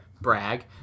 Brag